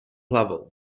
hlavou